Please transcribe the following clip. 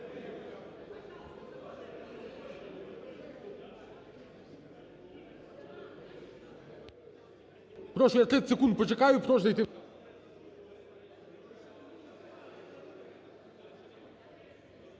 Прошу, я 30 секунд почекаю, прошу зайти…